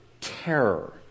terror